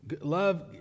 Love